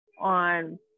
on